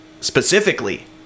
specifically